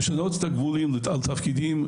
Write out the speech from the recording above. לשנות את הגמולים האחידים לכולם על תפקידים,